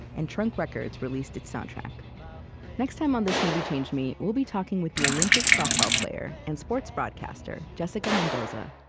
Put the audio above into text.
and trunk records released its soundtrack next time on this movie changed me, we'll be talking with the olympic softball player and sports broadcaster jessica mendoza.